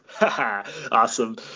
Awesome